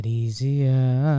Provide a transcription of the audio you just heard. easier